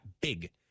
big